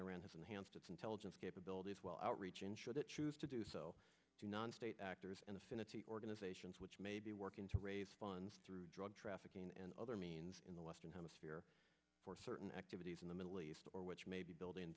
its intelligence capability as well outreach ensure that choose to do so to non state actors and affinity organizations which may be working to raise funds through drug trafficking and other means in the western hemisphere for certain activities in the middle east or which may be buil